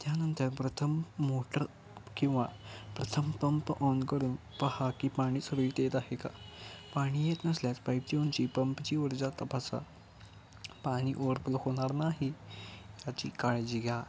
त्यानंतर प्रथम मोटर किंवा प्रथम पंप ऑन करून पहा की पाणी सुरळीत येत आहे का पाणी येत नसल्यास पाईप जेऊनची पंपची वरजा तपासा पाणी ओरफल होणार नाही याची काळजी घ्या